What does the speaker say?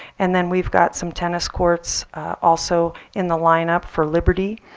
and then we've got some tennis courts also in the lineup for liberty,